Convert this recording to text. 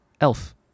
Elf